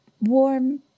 warm